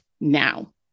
Now